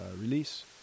release